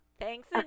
Thanks